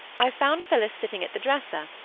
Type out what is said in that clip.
i found phillis sitting at the dresser,